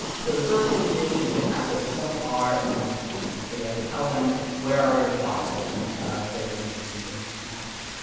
so the first thing you do is you just have to point r in the right direction. so you have to tell them, where are your files and that you'll be using for this analysis.